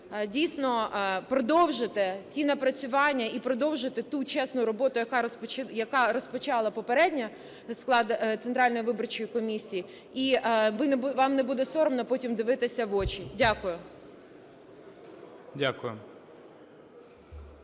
дійсно, продовжите ті напрацювання і продовжите ту чесну роботу, яку розпочав попередній склад Центральної виборчої комісії, і вам не буде соромно потім дивитися в очі. Дякую.